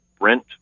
rent